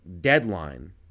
deadline